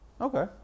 Okay